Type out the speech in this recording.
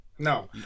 No